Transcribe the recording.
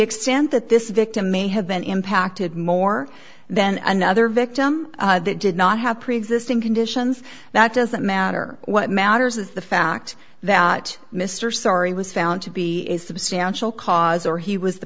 extent that this victim may have been impacted more than another victim that did not have preexisting conditions that doesn't matter what matters is the fact that mr sorry was found to be a substantial cause or he was the